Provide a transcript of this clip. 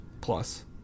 plus